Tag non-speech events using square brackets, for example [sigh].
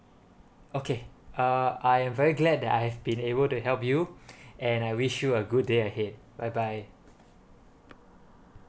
okay uh I am very glad that I've been able to help you [breath] and I wish you a good day ahead bye bye